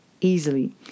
easily